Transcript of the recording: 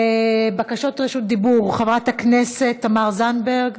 בקשות רשות דיבור: חברת הכנסת תמר זנדברג,